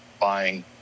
buying